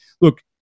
look